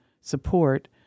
support